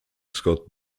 scott